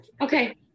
okay